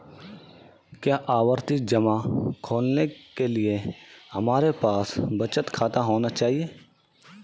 क्या आवर्ती जमा खोलने के लिए हमारे पास बचत खाता होना चाहिए?